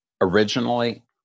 originally